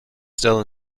still